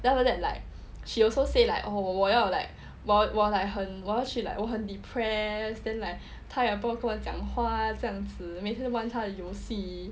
then after that like she also say like oh 我我要 like 我 like 很我要去 like 我很 depress then like 他也不要跟我讲话这样子每次玩他的游戏